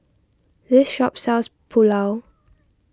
this shop sells Pulao